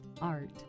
art